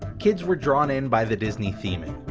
kids were drawn in by the disney theming.